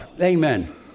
Amen